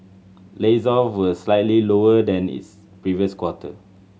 were slightly lower than its previous quarter